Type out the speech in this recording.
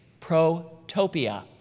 protopia